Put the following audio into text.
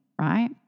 right